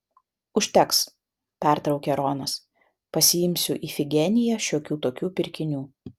užteks pertraukė ronas pasiimsiu ifigeniją šiokių tokių pirkinių